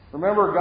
Remember